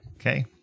Okay